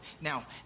Now